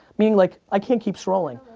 meaning like, i can't keep scrolling,